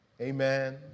Amen